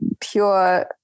pure